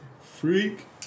Freak